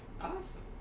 Awesome